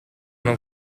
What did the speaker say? non